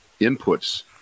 inputs